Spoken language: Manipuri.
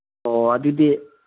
ꯑꯣ ꯑꯗꯨꯗꯤ